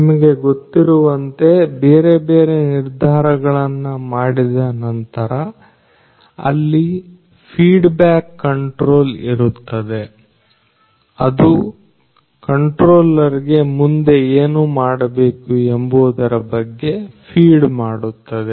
ನಿಮಗೆ ಗೊತ್ತಿರುವಂತೆ ಬೇರೆ ಬೇರೆ ನಿರ್ಧಾರಗಳನ್ನು ಮಾಡಿದ ನಂತರ ಅಲ್ಲಿ ಫೀಡ್ಬ್ಯಾಕ್ ಕಂಟ್ರೋಲ್ ಇರುತ್ತದೆ ಅದು ಕಂಟ್ರೋಲರ್ ಗೆ ಮುಂದೆ ಏನು ಮಾಡಬೇಕು ಎಂಬುದರ ಬಗ್ಗೆ ಫೀಡ್ ಮಾಡುತ್ತದೆ